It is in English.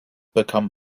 become